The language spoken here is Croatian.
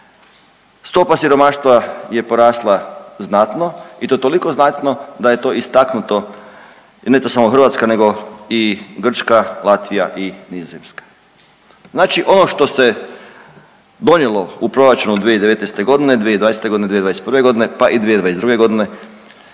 stopa siromaštva je porasla znatno i to toliko znatno da je to istaknuto i nije tu samo Hrvatska nego i Grčka, Latvija i Nizozemska. Znači ono što se donijelo u proračunu 2019.g., 2020.g., 2021.g. pa i 2022.g. nije